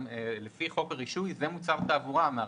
לפי חוק הרישוי המערכת הזאת היא מוצר תעבורה,